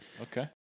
Okay